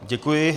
Děkuji.